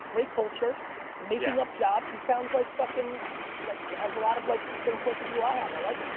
great culture making up jobs, he sounds like fucking like has a lot of like same points of view i have. i like him.